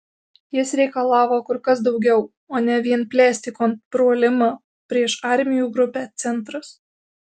jis reikalavo kur kas daugiau o ne vien plėsti kontrpuolimą prieš armijų grupę centras